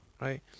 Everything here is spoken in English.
right